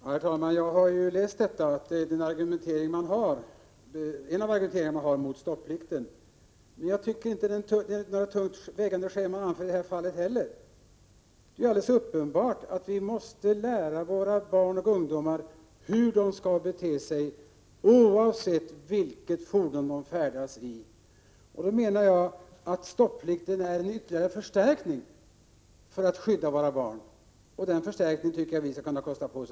Herr talman! Jag har ju läst att detta är ett av de argument man har mot stopplikten, men jag tycker inte det är några tungt vägande skäl man anför i det här fallet heller. Det är ju alldeles uppenbart att vi måste lära våra barn och ungdomar hur de skall bete sig, oavsett vilket fordon de färdas i. Då menar jag att stopplikten är en ytterligare förstärkning av skyddet för våra barn, och den förstärkningen tycker jag vi skall kosta på oss.